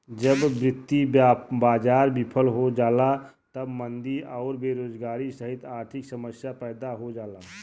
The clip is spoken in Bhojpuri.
जब वित्तीय बाजार विफल हो जाला तब मंदी आउर बेरोजगारी सहित आर्थिक समस्या पैदा हो जाला